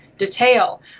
detail